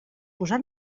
posar